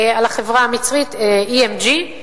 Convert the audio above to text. החברה המצרית EMG,